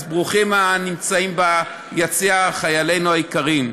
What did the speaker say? אז ברוכים הנמצאים ביציע, חיילינו היקרים.